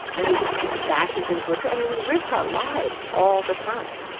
and he bashes into a tree. i mean, we risk our lives all the time